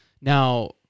now